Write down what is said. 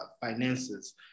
finances